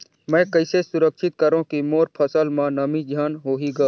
मैं कइसे सुरक्षित करो की मोर फसल म नमी झन होही ग?